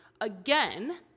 again